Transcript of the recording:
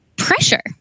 Pressure